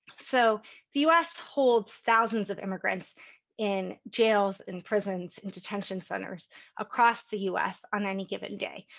so the us holds thousands of immigrants in jails and prisons and detention centers across the us on any given day.